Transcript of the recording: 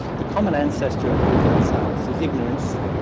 the common ancestor of religion and science is ignorance.